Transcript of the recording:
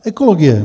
Ekologie.